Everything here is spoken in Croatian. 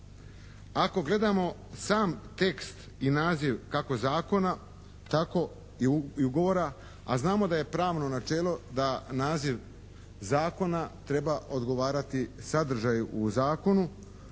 Ako gledamo sam tekst i naziv kako zakona tako i ugovora, a znamo da je pravno načelo da naziv zakona treba odgovarati sadržaju u zakonu,